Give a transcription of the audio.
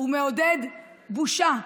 הוא מעודד בושה.